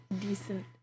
Decent